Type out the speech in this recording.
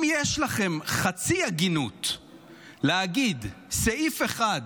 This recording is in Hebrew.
אם יש לכם חצי הגינות להגיד סעיף אחד